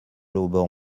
auban